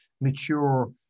mature